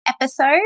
episode